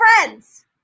friends